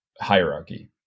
hierarchy